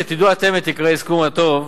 שתדעו אתם את עיקרי הסיכום הטוב,